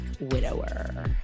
widower